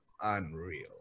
unreal